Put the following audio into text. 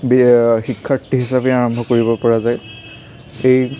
শিক্ষাৰ্থী হিচাপে আৰম্ভ কৰিব পৰা যায় সেই